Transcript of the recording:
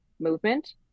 movement